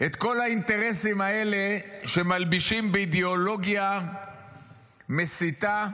את כל האינטרסים האלה שמלבישים באידיאולוגיה מסיתה,